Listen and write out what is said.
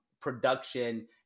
production